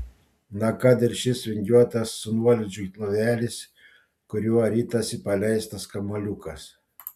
na kad ir šis vingiuotas su nuolydžiu lovelis kuriuo ritasi paleistas kamuoliukas